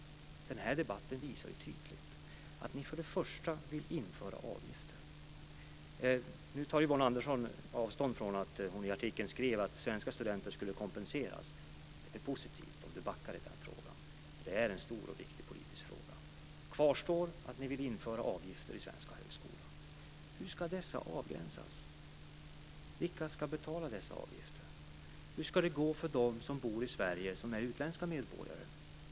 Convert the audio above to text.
Den här debatten visar ju tydligt att ni vill införa avgifter. Nu tar Yvonne Andersson avstånd från att hon i artikeln skrev att svenska studenter skulle kompenseras. Det är positivt att hon backar i den frågan. Det är en stor och viktig politisk fråga. Men det kvarstår att ni vill införa avgifter i svenska högskolor. Hur ska dessa avgränsas? Vilka ska betala dessa avgifter? Hur ska det gå för dem som bor i Sverige och är utländska medborgare?